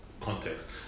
context